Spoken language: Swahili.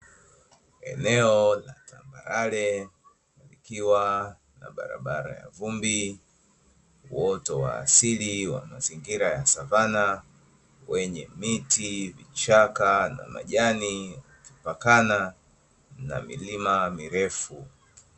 Eneo la tambarare likiwa na barabara ya vumbi uoto wa asili wa mazingira ya savana, wenye miti, vichaka na majani imepakana na milima mirefu.